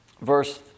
verse